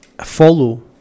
follow